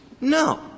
No